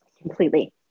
Completely